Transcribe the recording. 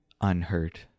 unhurt